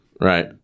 right